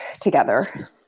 together